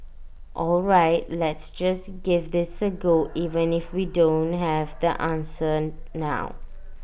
all right let's just give this A go even if we don't have the answer now